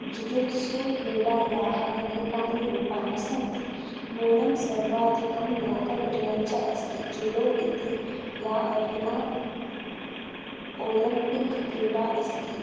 jujutsu क्रीडायाः अनेकानि रूपाणि सन्ति मूलं सर्वाधिकं लोकप्रियञ्च अस्ति जुडो इति या अधुना ओलम्पिक् क्रीडा अस्ति